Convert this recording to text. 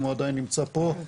אם הוא עדיין נמצא פה,